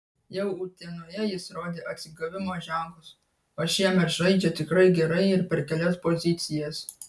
jau utenoje jis rodė atsigavimo ženklus o šiemet žaidžia tikrai gerai ir per kelias pozicijas